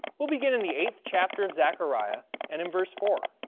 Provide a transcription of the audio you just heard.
we'll begin in the eighth chapter of zechariah and in verse four